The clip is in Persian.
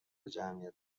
جمعیت